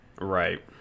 Right